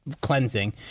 cleansing